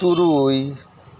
ᱛᱩᱨᱩᱭ